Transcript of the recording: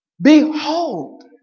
Behold